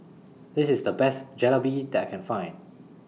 This IS The Best Jalebi that I Can Find